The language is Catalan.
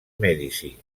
mèdici